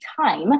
time